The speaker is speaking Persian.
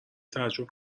تعجب